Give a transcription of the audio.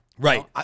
Right